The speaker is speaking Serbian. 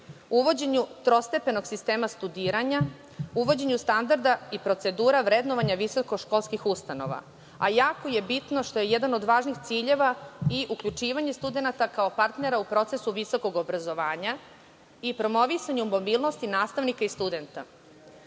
uvođenju trostepenog sistema studiranja, uvođenju standarda i procedura vrednovanja visokoškolskih ustanova. Jako je bitno što je jedan od važnih ciljeva i uključivanje studenata kao partnera u procesu visokog obrazovanja i promovisanju mobilnosti nastavnika i studenta. Vremenom,